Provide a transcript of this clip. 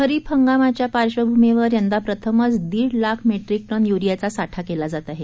खरीप हंगामाच्या पार्श्वभूमीवर यंदा प्रथमच दीड लाख मेट्रीक टन यूरियाचा साठा केला जात आहे